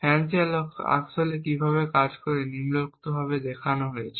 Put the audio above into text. FANCI আসলে কীভাবে এটি গণনা করে তা নিম্নোক্তভাবে করা হয়েছে